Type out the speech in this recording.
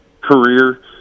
career